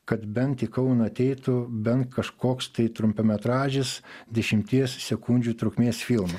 kad bent į kauną ateitų bent kažkoks tai trumpametražis dešimties sekundžių trukmės filma